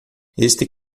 este